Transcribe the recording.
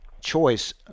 choice